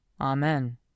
Amen